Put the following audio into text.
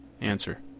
Answer